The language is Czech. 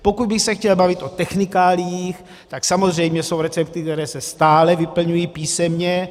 Pokud bych se chtěl bavit o technikáliích, tak samozřejmě jsou recepty, které se stále vyplňují písemně.